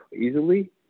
easily